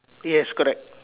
yes correct